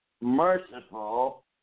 merciful